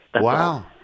Wow